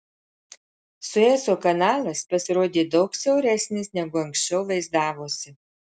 sueco kanalas pasirodė daug siauresnis negu anksčiau vaizdavosi